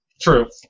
True